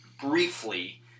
briefly